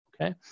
okay